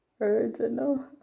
original